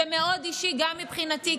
זה מאוד אישי גם מבחינתי,